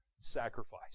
sacrifice